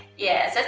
yes,